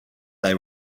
they